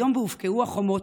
היום שבו הובקעו החומות,